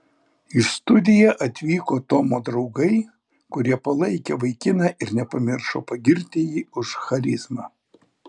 į studiją atvyko tomo draugai kurie palaikė vaikiną ir nepamiršo pagirti jį už charizmą